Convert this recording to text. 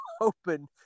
open